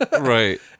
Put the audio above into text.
Right